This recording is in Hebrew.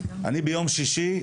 ביום שישי,